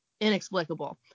inexplicable